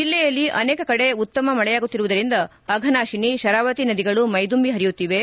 ಜಿಲ್ಲೆಯಲ್ಲಿ ಅನೇಕ ಕಡೆ ಉತ್ತಮ ಮಳೆಯಾಗುತ್ತಿರುವುದರಿಂದ ಅಘನಾಶಿನಿ ಶರಾವತಿ ನದಿಗಳು ಮೈದುಂಬಿ ಹರಿಯುತ್ತಿವೆ